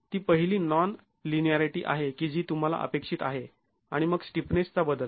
ती पहिली non linearity आहे की जी तुम्हाला अपेक्षित आहे आणि मग स्टिफनेसचा बदल